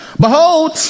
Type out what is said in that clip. Behold